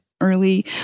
early